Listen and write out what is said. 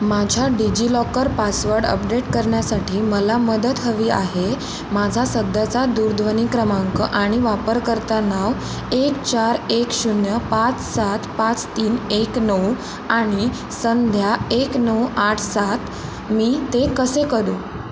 माझ्या DigiLocker password update करण्यासाठी मला मदत हवी आहे माझा सध्याचा दूरध्वनी क्रमांक आणि वापरकर्ता नाव एक चार एक शून्य पाच सात पाच तीन एक नऊ आणि संध्या एक नऊ आठ सात मी ते कसे करू